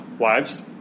Wives